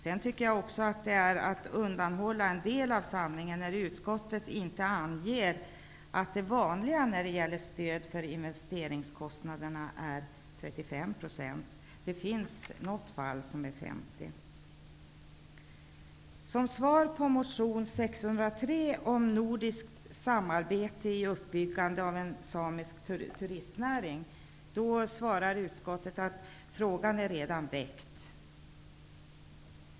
Jag tycker också att det är att undanhålla en del av sanningen när utskottet inte anger att det vanliga när det gäller stöd för investeringskostnader är 35 %. Det finns något fall med 50 %. Som svar på motion 603 om nordiskt samarbete när det gäller uppbyggandet av en samisk turistnäring, svarar utskottet att frågan redan är väckt.